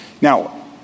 Now